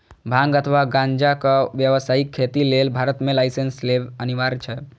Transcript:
भांग अथवा गांजाक व्यावसायिक खेती लेल भारत मे लाइसेंस लेब अनिवार्य छै